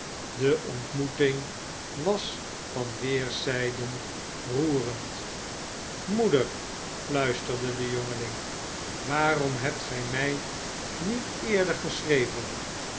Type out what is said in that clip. de ontmoeting was van weerszijden roerend moeder fluisterde de jongeling waarom hebt gij mij niet eerder geschreven